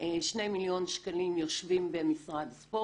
שני מיליון שקלים יושבים במשרד הספורט,